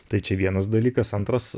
tai čia vienas dalykas antras